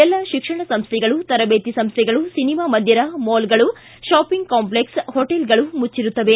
ಎಲ್ಲ ಶಿಕ್ಷಣ ಸಂಸ್ಥೆಗಳು ತರಬೇತಿ ಸಂಸ್ಥೆಗಳು ಸಿನಿಮಾ ಮಂದಿರ ಮಾಲ್ಗಳು ಶಾಪಿಂಗ್ ಕಾಂಪ್ಲೆಕ್ಸೆ ಹೊಟೇಲುಗಳು ಮುಚ್ಚರುತ್ತವೆ